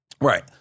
Right